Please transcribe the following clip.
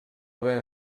haver